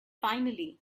finally